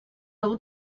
will